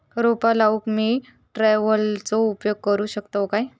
रोपा लाऊक मी ट्रावेलचो उपयोग करू शकतय काय?